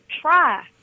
try